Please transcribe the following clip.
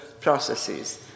processes